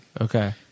Okay